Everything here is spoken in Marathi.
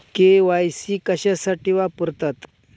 के.वाय.सी कशासाठी वापरतात?